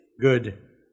good